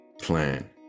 plan